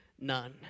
none